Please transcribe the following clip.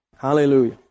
Hallelujah